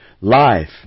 Life